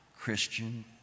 Christian